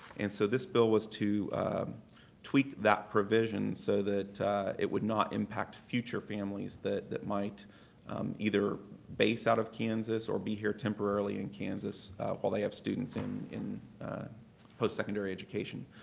and so this bill was to tweak that provision so that it would not impact future families that that might either base out of kansas or be here temporarily in kansas while they have students in in post secondary education.